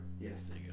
Yes